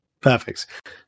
Perfect